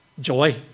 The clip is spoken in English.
joy